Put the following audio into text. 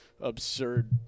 absurd